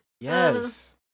Yes